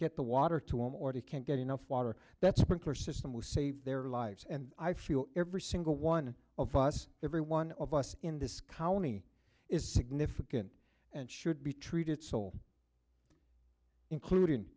get the water to him or he can't get enough water that sprinkler system will save their lives and i feel every single one of us every one of us in this county is significant and should be treated sole includ